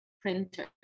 Printer